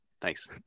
Thanks